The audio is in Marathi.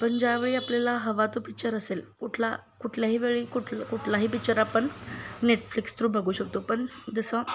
पण ज्यावेळी आपल्याला हवा तो पिच्चर असेल कुठला कुठलाही वेळी कुठ कुठलाही पिक्चर आपण नेटफ्लिक्स थ्रू बघू शकतो पण जसं